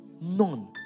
None